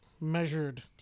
measured